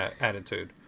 attitude